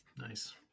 Nice